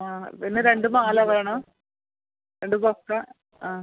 ആ പിന്നെ രണ്ട് മാല വേണം രണ്ട് ബൊക്കേ ആ